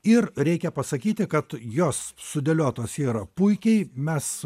ir reikia pasakyti kad jos sudėliotos yra puikiai mes